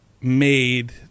made